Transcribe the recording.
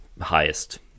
highest